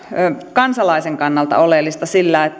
kansalaisen kannalta oleellista